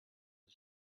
the